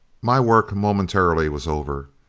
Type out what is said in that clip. my work momentarily was over.